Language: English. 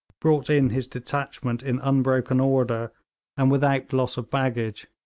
brought in his detachment in unbroken order and without loss of baggage,